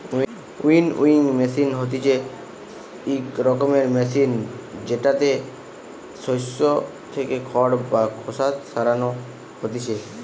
winnowing machine হতিছে ইক রকমের মেশিন জেতাতে শস্য থেকে খড় বা খোসা সরানো হতিছে